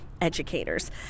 educators